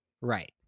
Right